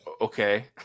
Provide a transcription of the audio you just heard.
Okay